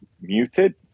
muted